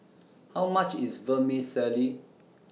How much IS Vermicelli